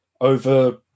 over